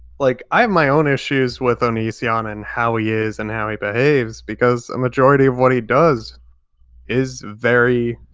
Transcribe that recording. like, i have my own issues with onision and how he is and how he behaves because a majority of what he does is very